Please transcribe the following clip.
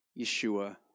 Yeshua